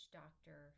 doctor